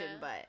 but-